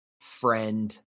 friend